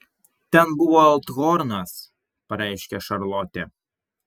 ten buvo althornas pareiškė šarlotė